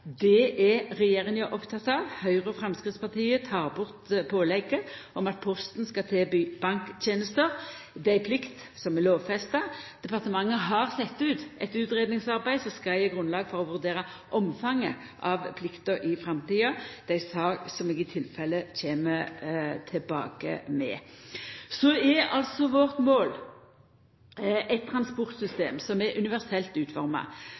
Det er regjeringa oppteken av. Høgre og Framstegspartiet tek bort pålegget om at Posten skal tilby banktenester. Det er ei plikt som er lovfesta. Departementet har sett ut eit utgreiingsarbeid som skal gje grunnlag for å vurdera omfanget av plikta i framtida. Det er ei sak som eg i tilfelle kjem tilbake med. Vårt mål er altså eit transportsystem som er universelt utforma,